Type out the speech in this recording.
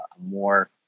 more